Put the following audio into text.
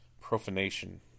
profanation